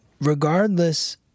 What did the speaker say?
regardless